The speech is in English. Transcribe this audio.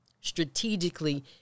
strategically